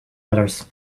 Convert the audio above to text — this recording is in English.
others